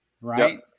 right